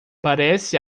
parece